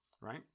right